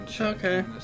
okay